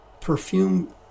perfume